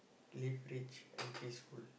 live rich and peaceful